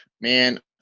Man